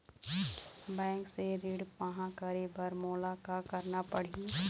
Bank से ऋण पाहां करे बर मोला का करना पड़ही?